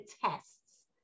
tests